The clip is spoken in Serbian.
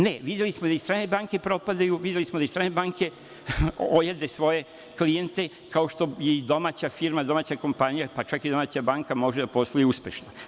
Ne, videli smo da i strane banke propadaju, videli smo da i strane banke ojade svoje klijente, kao što je i domaća firma, domaća kompanija, pa čak i domaća banka može da posluje uspešno.